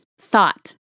thought